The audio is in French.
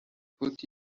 faut